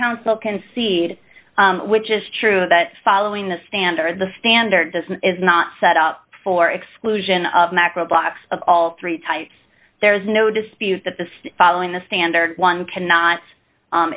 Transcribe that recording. counsel concede which is true that following the standard the standard is not set up for exclusion of macro blocks of all three types there is no dispute that the following the standard one cannot